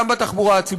גם בתחבורה הציבורית.